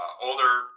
older